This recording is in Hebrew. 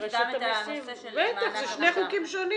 להוסיף גם את ה --- בטח, זה שני חוקים שונים.